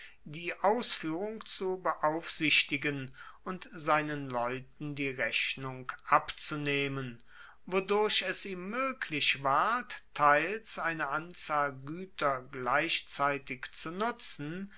die ausfuehrung zu beaufsichtigen und seinen leuten die rechnung abzunehmen wodurch es ihm moeglich ward teils eine anzahl gueter gleichzeitig zu nutzen